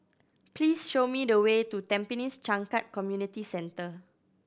please show me the way to Tampines Changkat Community Centre